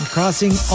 Crossing